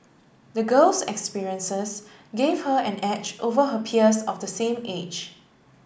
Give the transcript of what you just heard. the girl's experiences gave her an edge over her peers of the same age